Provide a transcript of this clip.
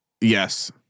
Yes